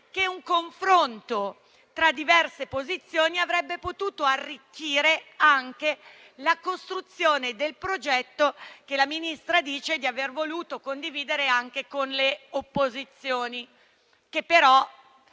che un confronto tra diverse posizioni avrebbe potuto arricchire anche la costruzione del progetto che la Ministra dice di aver voluto condividere anche con le opposizioni. Le